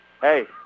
hey